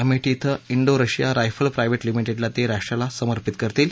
अमेठी इथं Indo Russia rifle private limited ते राष्ट्राला समर्पित करतील